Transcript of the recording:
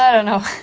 yeah don't know